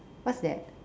what's that